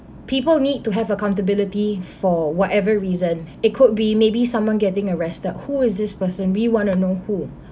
people need to have accountability for whatever reason it could be maybe someone getting arrested who is this person we want to know who